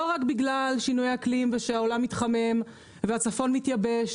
לא רק בגלל שינויי אקלים ושהעולם מתחמם והצפון מתייבש